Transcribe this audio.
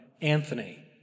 Anthony